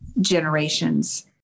generations